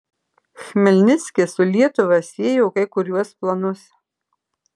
chmelnickis su lietuva siejo kai kuriuos planus